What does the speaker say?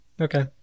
Okay